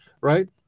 right